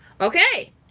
okay